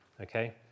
Okay